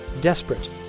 Desperate